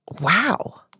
Wow